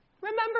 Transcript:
remember